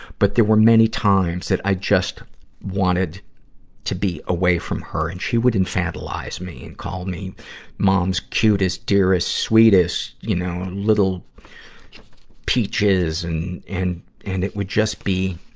but there were many times that i just wanted to be away from her, and she would infantilize me and call me mom's cutest, dearest, sweetest, you know, little peaches and and it would just be,